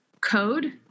code